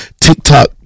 TikTok